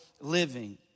living